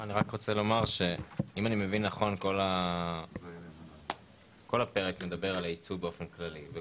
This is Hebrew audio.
אני רק רוצה לומר שאם אני מבין נכון כל הפרק מדבר על הייצוא באופן כללי.